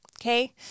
Okay